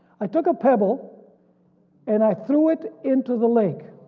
i took a pebble and i threw it into the lake